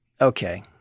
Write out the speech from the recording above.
okay